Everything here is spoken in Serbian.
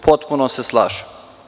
Potpuno se slažem.